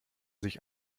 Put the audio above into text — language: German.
sich